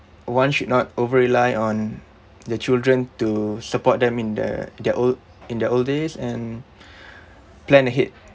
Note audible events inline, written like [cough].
one should not over rely on their children to support them in their their old in their old days and [breath] plan ahead